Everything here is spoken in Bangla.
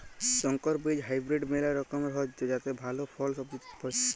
সংকর বীজ হাইব্রিড মেলা রকমের হ্যয় যাতে ভাল ফল, সবজি ইত্যাদি হ্য়য়